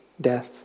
death